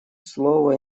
слово